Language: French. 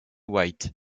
white